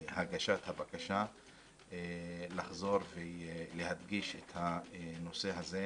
הגשת הבקשה לחזור ולהדגיש את הנושא הזה,